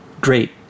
great